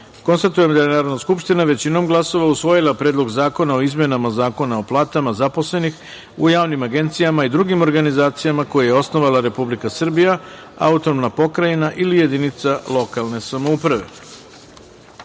odlučivanje. Stavljam na glasanje Predlog zakona o izmenama Zakona o platama zaposlenih u javnim agencijama i drugim organizacijama koje je osnovala Republika Srbija, autonomna pokrajina ili jedinica lokalne samouprave,